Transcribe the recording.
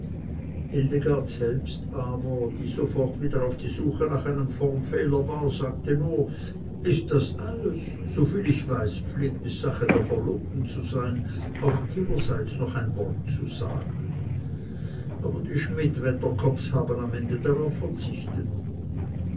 selbst aber die sofort wieder auf suche nach einem formfehler war sagte nur ist das alles soviel ich weiß pflegt es sache der verlobten zu sein auch ihrerseits noch ein wort zu sagen aber die schmidt wedderkopps haben am ende darauf verzichtet